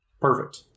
Perfect